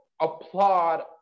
applaud